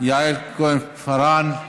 יעל כהן-פארן,